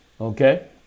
Okay